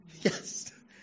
Yes